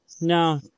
no